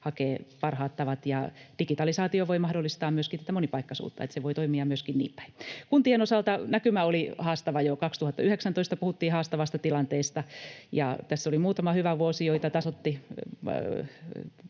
hakea parhaat tavat, ja digitalisaatio voi mahdollistaa myöskin monipaikkaisuutta. Että se voi toimia myöskin niinpäin. Kuntien osalta näkymä oli haastava jo 2019, puhuttiin haastavasta tilanteesta, ja tässä oli muutama hyvä vuosi, joita tasoittivat